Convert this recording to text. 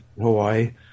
Hawaii